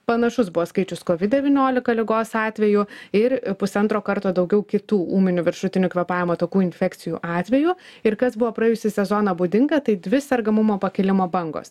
panašus buvo skaičius kovid devyniolika ligos atvejų ir pusantro karto daugiau kitų ūminių viršutinių kvėpavimo takų infekcijų atvejų ir kas buvo praėjusį sezoną būdinga tai dvi sergamumo pakilimo bangos